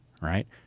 right